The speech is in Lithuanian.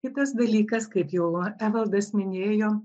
kitas dalykas kaip jau evaldas minėjo